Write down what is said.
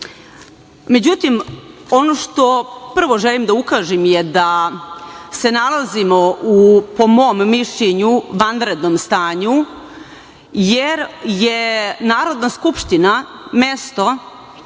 godine.Međutim, ono što prvo želim da ukažem je da se nalazimo, po mom mišljenju, u vanrednom stanju, jer je Narodna skupština mesto